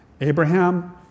Abraham